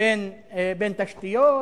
בין תשתיות,